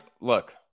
look